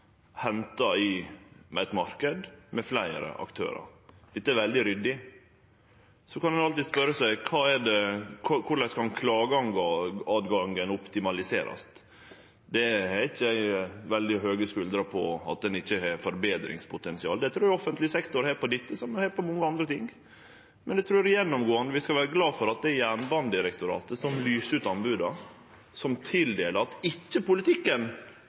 henta i ein marknad med fleire aktørar. Dette er veldig ryddig. Så kan ein alltids spørje seg: Korleis kan klagemoglegheita optimaliserast? Eg har ikkje veldig høge skuldrer på at ein ikkje har forbetringspotensial. Det trur eg offentleg sektor har på dette som på mange andre ting, men eg trur gjennomgåande vi skal vere glade for at det er Jernbanedirektoratet som lyser ut anboda, som tildeler, og at ikkje politikken,